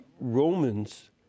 Romans